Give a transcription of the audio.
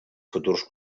futurs